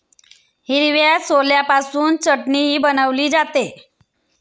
हिरव्या छोल्यापासून चटणीही बनवली जाते